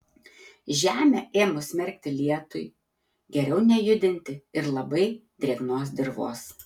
žemę ėmus merkti lietui geriau nejudinti ir labai drėgnos dirvos